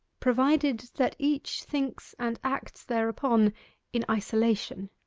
provided that each thinks and acts thereupon in isolation.